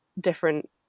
different